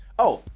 oh,